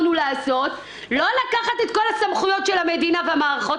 לעשות זה לא לקחת את כל הסמכויות של המדינה בבחירות,